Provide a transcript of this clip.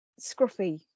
scruffy